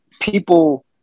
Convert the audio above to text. People